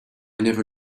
never